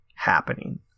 happening